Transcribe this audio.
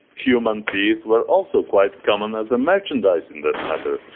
human teeth were also quite common as a merchandise in that matter.